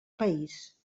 país